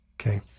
Okay